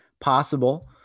possible